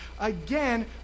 again